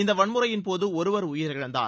இந்த வன்முறையின் போது ஒருவர் உயிர் இழந்தார்